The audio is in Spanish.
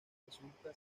resulta